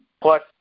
Plus